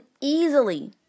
easily